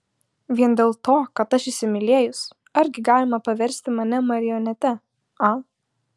vien dėl to kad aš įsimylėjus argi galima paversti mane marionete a